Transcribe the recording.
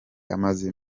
amaze